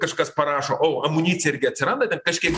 kažkas parašo o amunicija irgi atsiranda kažkiek